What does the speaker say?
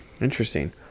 interesting